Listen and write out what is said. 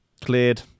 cleared